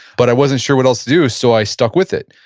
but i wasn't sure what else to do, so i stuck with it.